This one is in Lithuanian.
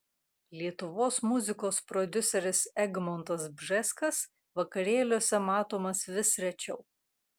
lietuvos muzikos prodiuseris egmontas bžeskas vakarėliuose matomas vis rečiau